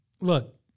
look